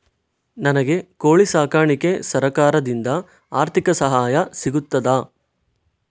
ನನಗೆ ಕೋಳಿ ಸಾಕಾಣಿಕೆಗೆ ಸರಕಾರದಿಂದ ಆರ್ಥಿಕ ಸಹಾಯ ಸಿಗುತ್ತದಾ?